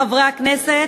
חברי הכנסת,